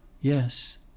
Yes